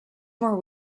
more